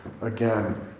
again